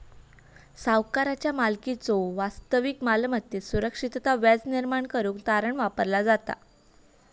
सावकाराचा मालकीच्यो वास्तविक मालमत्तेत सुरक्षितता व्याज निर्माण करुक तारण वापरला जाता